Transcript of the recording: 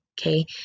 okay